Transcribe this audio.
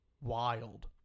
wild